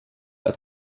als